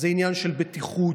זה עניין של בטיחות,